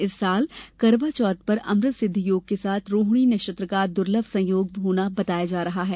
इस साल करवाचौथ पर अमृत सिद्धि योग के साथ रोहिणी नक्षत्र का दुर्लभ संयोग होना बताया जा रहा है